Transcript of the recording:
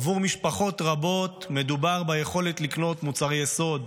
עבור משפחות רבות מדובר ביכולת לקנות מוצרי יסוד,